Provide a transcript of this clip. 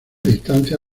distancia